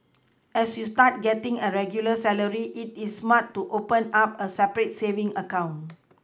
as you start getting a regular salary it is smart to open up a separate savings account